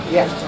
Yes